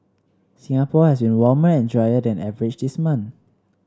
Singapore has been warmer and drier than average this month